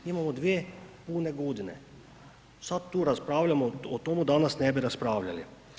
Imamo dvije pune godine sad tu raspravljamo o tomu danas ne bi raspravljali.